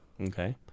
Okay